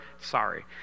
sorry